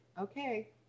Okay